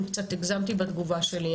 אם קצת הגזמתי בתגובה שלי,